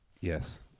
Yes